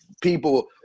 people